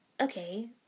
Okay